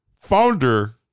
founder